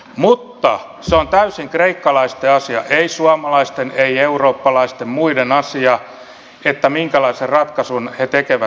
mutta se on täysin kreikkalaisten asia ei suomalaisten ei eurooppalaisten muiden asia minkälaisen ratkaisun he tekevät